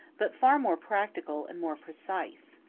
but far more practical and more precise.